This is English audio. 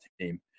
team